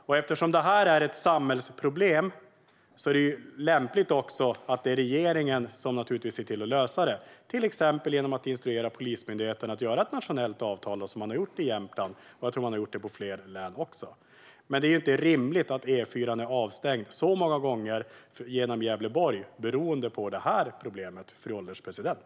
Och eftersom detta är ett samhällsproblem är det lämpligt att det är regeringen som ser till att lösa det, till exempel genom att instruera Polismyndigheten att göra ett nationellt avtal, som man har gjort i Jämtland. Jag tror att man också har gjort det i fler län. Men det är inte rimligt att E4:an genom Gävleborg är avstängd så många gånger beroende på detta problem, fru ålderspresident.